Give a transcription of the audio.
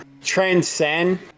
transcend